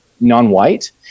non-white